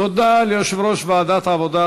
תודה ליושב-ראש ועדת העבודה,